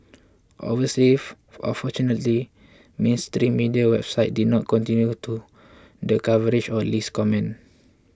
obviously or fortunately mainstream media websites did not continue the coverage on Lee's comments